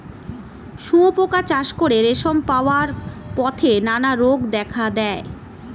শুঁয়োপোকা চাষ করে রেশম পাওয়ার পথে নানা রোগ দেখা দেয়